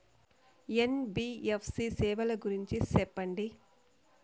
NBFC సేవల గురించి సెప్పండి?